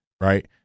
right